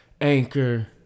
Anchor